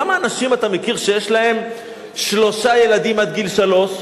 כמה אנשים אתה מכיר שיש להם שלושה ילדים עד גיל שלוש?